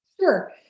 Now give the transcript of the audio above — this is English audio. Sure